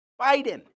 Biden